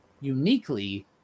uniquely